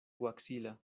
huaxila